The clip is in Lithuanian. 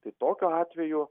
tai tokiu atveju